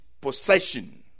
possession